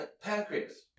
Pancreas